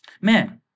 Man